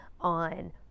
on